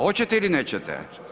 Hoćete ili nećete?